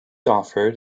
offered